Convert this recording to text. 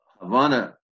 Havana